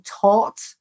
taught